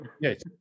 Yes